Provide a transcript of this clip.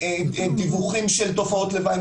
דיווחים של תופעות לוואי,